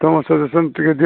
ତୁମ ସଜେସନ ଟିକେ ଦିଅ